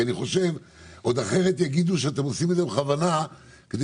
כי אני חושב שעוד אחרת יגידו שאתם עושים את זה בכוונה כדי